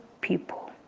people